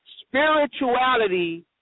spirituality